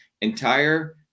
entire